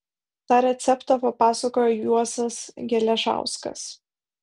tą receptą papasakojo juozas geležauskas